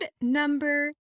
number